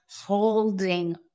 holding